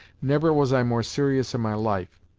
never was i more serious in my life,